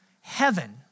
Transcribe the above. heaven